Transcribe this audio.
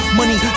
money